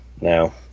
now